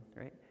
right